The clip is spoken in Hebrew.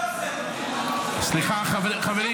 אדוני היושב-ראש,